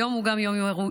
היום הוא גם יום ירושלים,